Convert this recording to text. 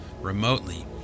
remotely